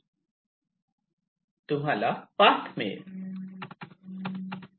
तुम्हाला पाथ मिळेल